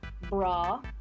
bra